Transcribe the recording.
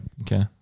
Okay